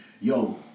Yo